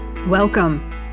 Welcome